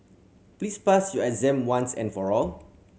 please pass your exam once and for all